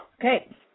Okay